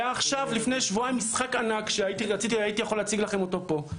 היה עכשיו לפני שבועיים משחק ענק שהייתי יכול להציג לכם אותו פה,